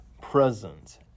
present